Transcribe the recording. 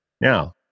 Now